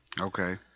Okay